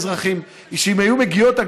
שאם היו מגיעות,